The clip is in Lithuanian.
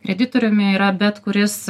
kreditoriumi yra bet kuris